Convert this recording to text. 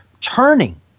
turning